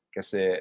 Kasi